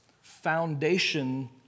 foundation